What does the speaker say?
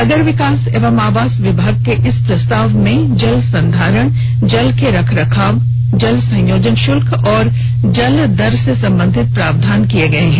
नगर विकास एवं आवास विभाग के इस प्रस्ताव में जल संधारण जल के रख रखाव जल संयोजन शुल्क और जल दर से संबंधित प्रावधान किए गए हैं